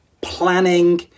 planning